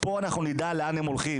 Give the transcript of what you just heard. פה אנחנו נדע לאן הם הולכים,